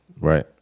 Right